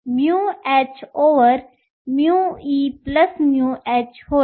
म्हणजेच heh होय